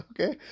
okay